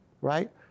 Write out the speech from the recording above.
right